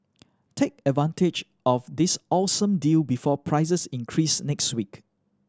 take advantage of this awesome deal before prices increase next week